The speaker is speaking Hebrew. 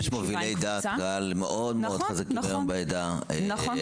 יש מובילי דעת קהל מאוד משמעותיים בעדה האתיופית.